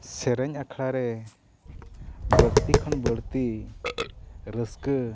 ᱥᱮᱨᱮᱧ ᱟᱠᱷᱲᱟ ᱨᱮ ᱵᱟᱹᱲᱛᱤ ᱠᱷᱚᱱ ᱵᱟᱹᱲᱛᱤ ᱨᱟᱹᱥᱠᱟᱹ